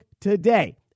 today